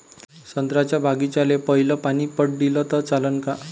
संत्र्याच्या बागीचाले पयलं पानी पट दिलं त चालन का?